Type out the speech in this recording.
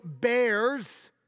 bears